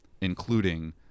including